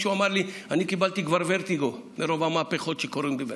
אני קיבלתי כבר ורטיגו מרוב המהפכות שקורות.